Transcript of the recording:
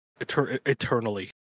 eternally